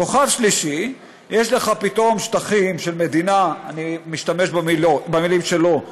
כוכב שלישי: יש לך פתאום שטחים של מדינה" אני משתמש במילים שלו,